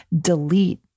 delete